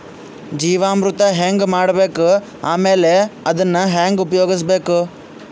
ಜೀವಾಮೃತ ಹೆಂಗ ಮಾಡಬೇಕು ಆಮೇಲೆ ಅದನ್ನ ಹೆಂಗ ಉಪಯೋಗಿಸಬೇಕು?